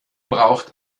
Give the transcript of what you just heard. braucht